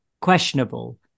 questionable